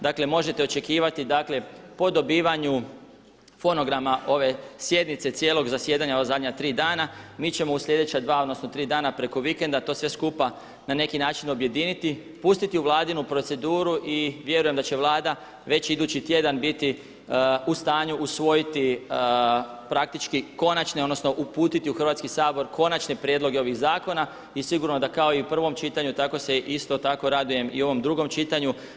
Dakle, možete očekivati, dakle po dobivanju fonograma ove sjednice cijelog zasjedanja ova zadnja tri dana, mi ćemo u sljedeća dva, odnosno tri dana preko vikenda to sve skupa na neki način objediniti, pustiti u Vladinu proceduru i vjerujem da će Vlada već idući tjedan biti u stanju usvojiti praktički konačne odnosno uputiti u Hrvatski sabor konačne prijedloge ovih zakona i sigurno da kao i u prvom čitanju tako se isto radujem i ovom drugom čitanju.